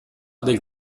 del